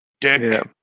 Dick